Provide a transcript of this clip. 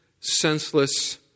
senseless